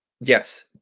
Yes